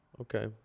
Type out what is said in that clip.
Okay